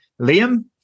Liam